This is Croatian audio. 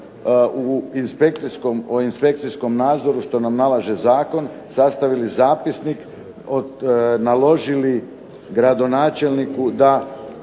o inspekcijskom nadzoru što nam nalaže zakon sastavili zapisnik, naložili gradonačelniku da